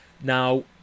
Now